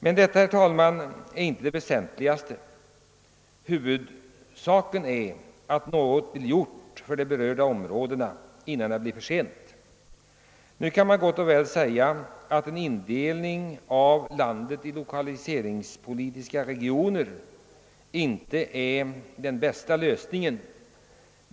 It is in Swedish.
Men detta är, herr talman, inte det väsentligaste. Huvudsaken är att något blir gjort för det berörda området innan det blir för sent. Nu kan man mycket väl säga att en indelning av landet i lokaliseringspolitiska regioner inte är den bästa lösningen.